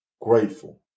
grateful